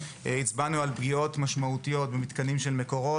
הצבענו על פגיעות משמעותיות במתקנים של "מקורות",